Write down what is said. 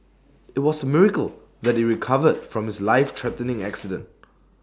IT was A miracle that he recovered from his lifethreatening accident